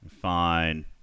Fine